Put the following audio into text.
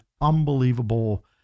unbelievable